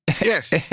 yes